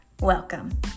Welcome